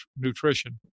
nutrition